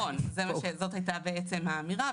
נכון, וזאת הייתה בעצם האמירה.